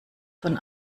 von